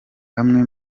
bamwe